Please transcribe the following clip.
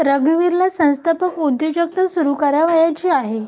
रघुवीरला संस्थात्मक उद्योजकता सुरू करायची इच्छा आहे